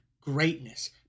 greatness